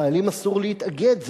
לחיילים אסור להתאגד,